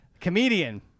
Comedian